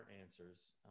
answers